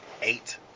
eight